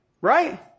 Right